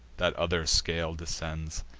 that other scale descends.